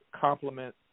complement